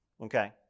Okay